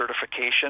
certification